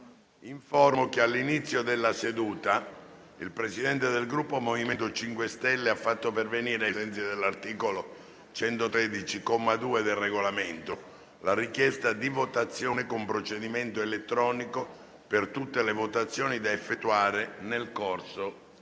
che all'inizio della seduta il Presidente del Gruppo MoVimento 5 Stelle ha fatto pervenire, ai sensi dell'articolo 113, comma 2, del Regolamento, la richiesta di votazione con procedimento elettronico per tutte le votazioni da effettuare nel corso della